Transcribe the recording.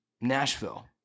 Nashville